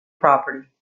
property